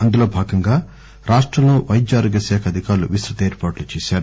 ఇందులో భాగంగా రాష్టంలో వైద్యారోగ్యాశాఖ అధికారులు విస్తృత ఏర్పాట్లు చేశారు